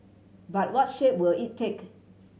but what shape will it take